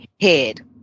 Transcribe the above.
head